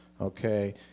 Okay